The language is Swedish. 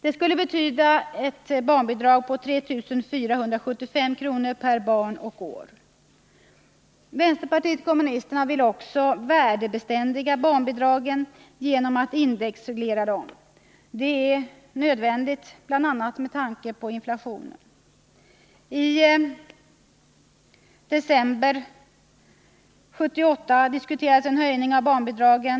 Det skulle betyda ett barnbidrag på 3 475 kr. per barn och år. Vänsterpartiet kommunisterna vill också värdebeständiga barnbidragen genom att indexreglera dem. Det är nödvändigt bl.a. med tanke på inflationen. I december 1978 diskuterades en höjning av barnbidragen.